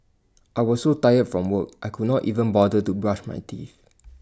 I was so tired from work I could not even bother to brush my teeth